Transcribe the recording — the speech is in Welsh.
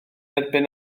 erbyn